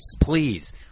please